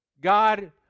God